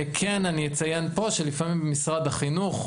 כן אני אציין פה שלפעמים במשרד החינוך,